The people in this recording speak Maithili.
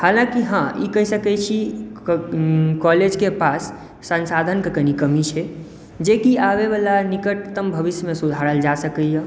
हलाँकि हँ ई कहि सकैत छी ई कॉलेज के पास संसाधनके कनि कमी छै जेकी आबै वला निकटतम भविष्यमे सुधारल जा सकैया